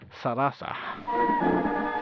Sarasa